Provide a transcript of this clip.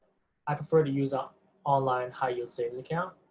i prefer to use up online, high-yield savings account.